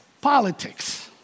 Politics